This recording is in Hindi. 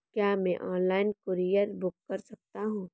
क्या मैं ऑनलाइन कूरियर बुक कर सकता हूँ?